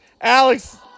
Alex